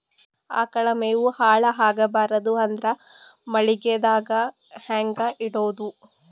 ಆಕಳ ಮೆವೊ ಹಾಳ ಆಗಬಾರದು ಅಂದ್ರ ಮಳಿಗೆದಾಗ ಹೆಂಗ ಇಡೊದೊ?